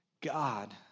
God